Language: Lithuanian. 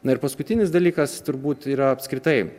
na ir paskutinis dalykas turbūt yra apskritai